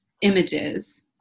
images